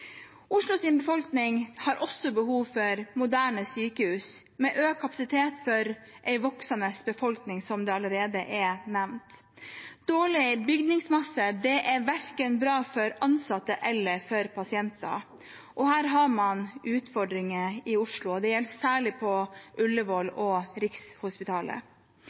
befolkning har også behov for moderne sykehus, med økt kapasitet for en voksende befolkning, som det allerede er nevnt. Dårlig bygningsmasse er verken bra for ansatte eller for pasienter. Her har man utfordringer i Oslo, og det gjelder særlig på Ullevål og Rikshospitalet.